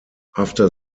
after